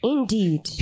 Indeed